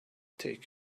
take